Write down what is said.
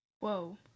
Whoa